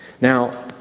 Now